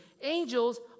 Angels